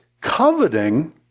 coveting